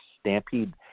stampede